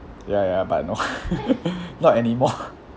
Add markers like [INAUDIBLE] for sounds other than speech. ya ya but no [LAUGHS] not anymore [NOISE]